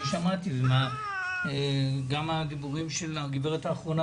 שמעתי וגם הדיבורים של הגברת האחרונה,